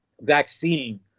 vaccine